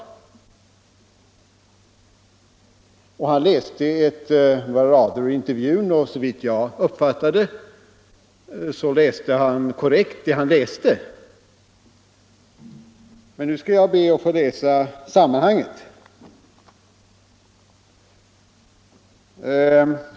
Industriministern läste några rader i intervjun, och såvitt jag uppfattade läste han korrekt det han läste. Men nu skall jag be att få läsa hela sammanhanget.